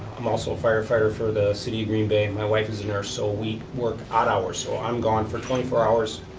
i'm also a firefighter for the city of green bay, and my wife is a nurse, so we work odd hours. so i'm gone for twenty four hours,